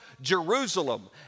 Jerusalem